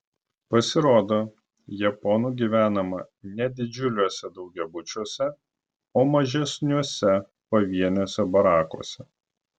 pasirodo japonų gyvenama ne didžiuliuose daugiabučiuose o mažesniuose pavieniuose barakuose